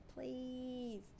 please